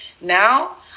Now